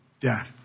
death